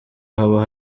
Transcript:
haba